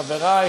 חברי,